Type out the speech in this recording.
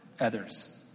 others